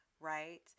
Right